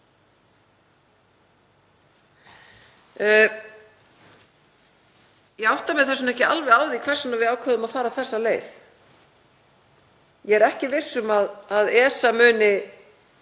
Ég átta mig þess vegna ekki alveg á því hvers vegna við ákváðum að fara þessa leið. Ég er ekki viss um að ESA muni